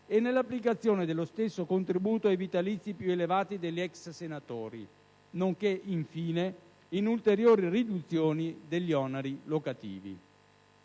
e nell'applicazione dello stesso contributo ai vitalizi più elevati degli ex senatori; infine, in ulteriori riduzioni degli oneri locativi.